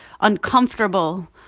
uncomfortable